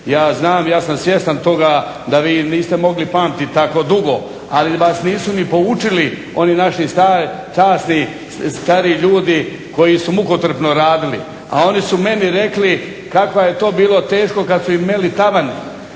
Ja znam, ja sam svjestan toga da vi niste mogli pamtit tako dugo, ali vas nisu ni poučili oni naši časni stariji ljudi koji su mukotrpno radili, a oni su meni rekli kako je to bilo teško kad su im meli tavane.